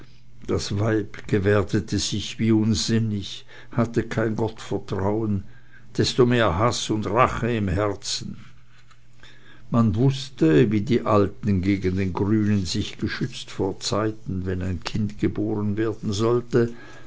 das weib gebärdete sich wie unsinnig hatte kein gottvertrauen desto mehr haß und rache im herzen man wußte wie die alten gegen den grünen sich geschützt vor zeiten wenn ein kind geboren werden sollte